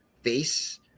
face